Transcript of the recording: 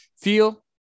feel